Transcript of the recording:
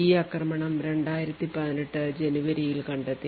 ഈ ആക്രമണം 2018 ജനുവരിയിൽ കണ്ടെത്തി